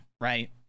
right